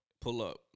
pull-up